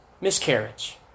miscarriage